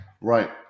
right